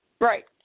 Right